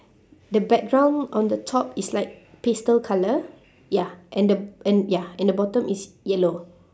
the background on the top is like pastel colour ya and the and ya and the bottom is yellow